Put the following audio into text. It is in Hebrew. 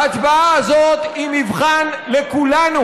ההצבעה הזאת היא מבחן לכולנו.